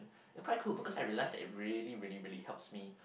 quite cool because I realise because it really really really helps me